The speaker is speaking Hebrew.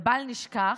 ובל נשכח,